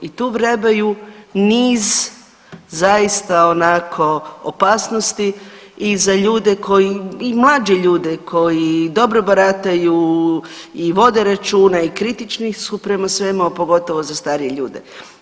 I tu vrebaju niz zaista onako opasnosti i za ljude i mlađe ljude koji dobro barataju i vode računa i kritični su prema svemu, a pogotovo za starije ljude.